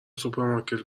سوپرمارکت